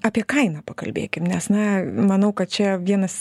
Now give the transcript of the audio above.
apie kainą pakalbėkim nes na manau kad čia vienas